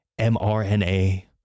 mRNA